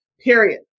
Period